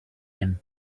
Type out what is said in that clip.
him